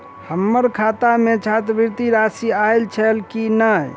हम्मर खाता मे छात्रवृति राशि आइल छैय की नै?